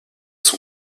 son